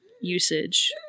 usage